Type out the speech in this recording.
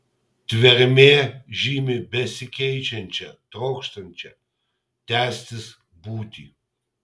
tvermė žymi besikeičiančią trokštančią tęstis būtį